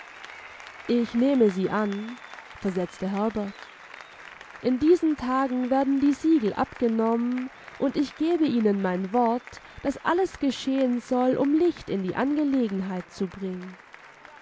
ich nehme sie an versetzte herbert in diesen tagen werden die siegel abgenommen und ich gebe ihnen mein wort daß alles geschehen soll um licht in die angelegenheit zu bringen